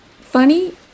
Funny